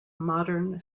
modern